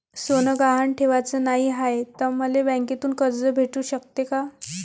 सोनं गहान ठेवाच नाही हाय, त मले बँकेतून कर्ज भेटू शकते का?